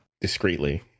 discreetly